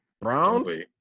Browns